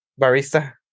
barista